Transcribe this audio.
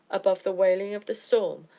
above the wailing of the storm,